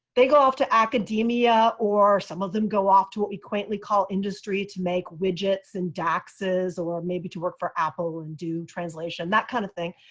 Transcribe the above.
they go off to academia or some of them go off to what we currently call industry to make widgets and taxes or maybe to work for apple and do translation, that kind of thing.